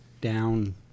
down